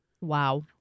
Wow